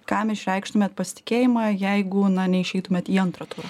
kam išreikštumėt pasitikėjimą jeigu na neišeitumėt į antrą turą